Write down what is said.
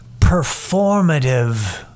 performative